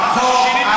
שינינו היום.